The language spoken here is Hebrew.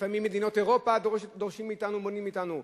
לפעמים מדינות אירופה דורשות מאתנו או מונעות מאתנו.